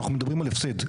אנחנו מדברים על הפסד.